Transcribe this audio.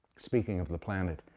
speaking of the planet,